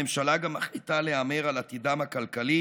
הממשלה גם מחליטה להמר על עתידם הכלכלי